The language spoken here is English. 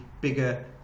bigger